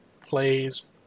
plays